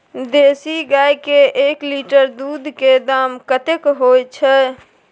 देसी गाय के एक लीटर दूध के दाम कतेक होय छै?